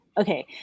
Okay